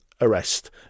arrest